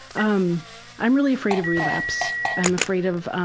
um i'm really afraid of relapse. i'm afraid of